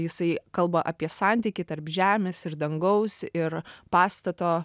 jisai kalba apie santykį tarp žemės ir dangaus ir pastato